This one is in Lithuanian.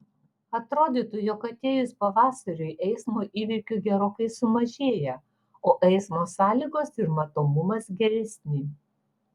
atrodytų jog atėjus pavasariui eismo įvykių gerokai sumažėja o eismo sąlygos ir matomumas geresni